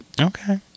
okay